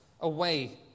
away